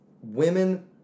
women